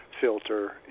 filter